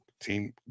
Team